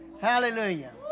Hallelujah